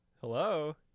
hello